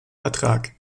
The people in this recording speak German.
vertrag